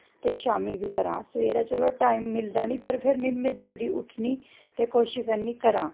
ते शामीं बी करां सवेरै चलो टैम मिलदा निं पर फिर में जल्दी उट्ठनी ते कोशश करनी करां